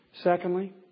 Secondly